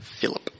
Philip